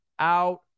out